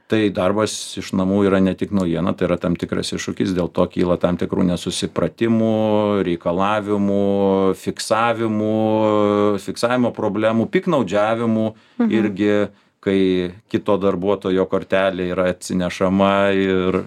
tai darbas iš namų yra ne tik naujiena tai yra tam tikras iššūkis dėl to kyla tam tikrų nesusipratimų reikalavimų fiksavimų fiksavimo problemų piktnaudžiavimų irgi kai kito darbuotojo kortelė yra atsinešama ir